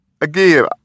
again